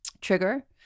trigger